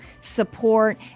support